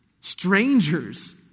Strangers